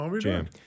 jam